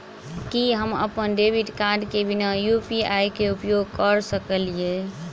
की हम अप्पन debit card केँ बिना यु.पी.आई केँ उपयोग करऽ सकलिये?